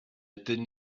ydyn